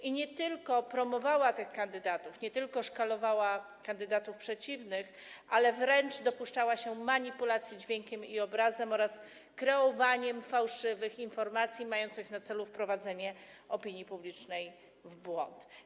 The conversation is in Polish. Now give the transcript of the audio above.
I nie tylko promowała tych kandydatów, nie tylko szkalowała kandydatów przeciwnych, ale wręcz dopuszczała się manipulacji dźwiękiem i obrazem oraz kreowania fałszywych informacji, mających na celu wprowadzenie opinii publicznej w błąd.